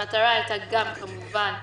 המטרה הייתה, כמובן,